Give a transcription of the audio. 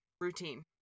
routine